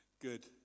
Good